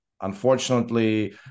unfortunately